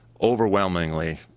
Overwhelmingly